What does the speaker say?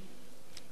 כבוד השר?